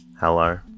Hello